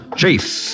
chase